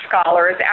scholars